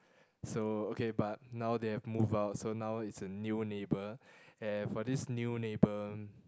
so okay but now they have moved out so now it's a new neighbour and for this new neighbour